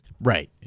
Right